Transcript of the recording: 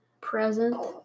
Present